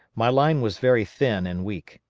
my line was very thin and weak,